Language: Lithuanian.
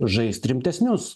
žaist rimtesnius